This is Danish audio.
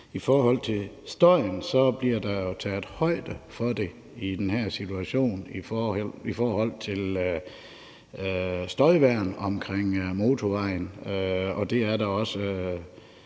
I forhold til støjen bliver der jo taget højde for det i den her situation med støjværn omkring motorvejen, og det er da også